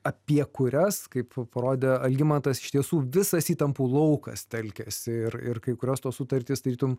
apie kurias kaip parodė algimantas iš tiesų visas įtampų laukas telkiasi ir ir kai kurios tos sutartys tarytum